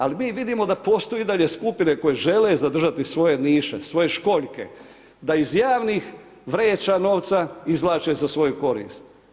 Ali mi vidimo da postoji i dalje skupine koje žele zadržati svoje niše, svoje školjke, da iz javnih vreća novca izvlače za svoju korist.